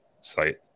site